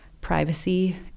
privacy